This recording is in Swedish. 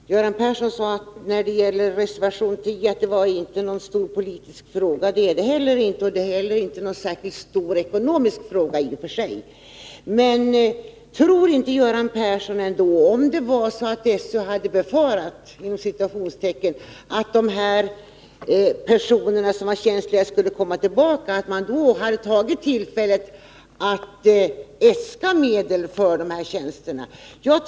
Herr talman! Göran Persson sade att det inte är någon stor politisk fråga som tas upp i reservation 10, och det är det heller inte. Det är inte heller någon särskilt stor ekonomisk fråga i och för sig. Men tror inte Göran Persson ändå att om SÖ hade ”befarat” att de personer som är tjänstlediga skulle komma tillbaka, man då hade tagit tillfället att äska medel för tjänsterna?